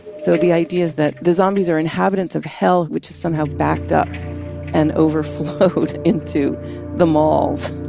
so the idea is that the zombies are inhabitants of hell, which is somehow backed up and overflowed into the malls